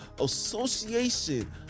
association